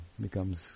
becomes